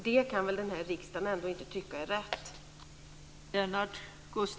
Det kan väl den här riksdagen ändå inte tycka är rätt.